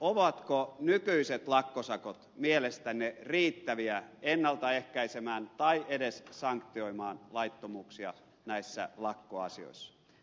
ovatko nykyiset lakkosakot mielestänne riittäviä ennalta ehkäisemään tai edes sanktioimaan laittomuuksia näissä lakkoasioissa